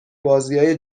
بازیای